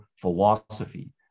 philosophy